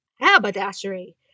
Haberdashery